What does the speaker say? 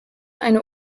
eine